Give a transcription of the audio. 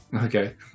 Okay